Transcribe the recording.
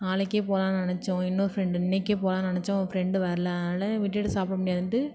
நாளைக்கு போகலாம்னு நெனைச்சோம் இன்னொரு ஃப்ரெண்டு இன்னைக்கு போகலாம்னு நெனைச்சோம் ஃப்ரெண்டு வரல அதனால் விட்டுட்டு சாப்பிட முடியாதுன்ட்டு